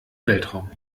weltraum